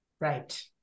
Right